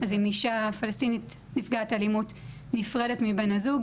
אם אישה פלסטינית נפגעת אלימות נפרדת מבן הזוג,